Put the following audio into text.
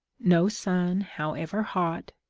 no sun, however hot,